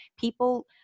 people